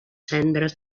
cendres